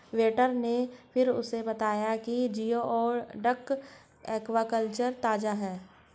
waiter ने फिर उसे बताया कि जिओडक एक्वाकल्चर ताजा है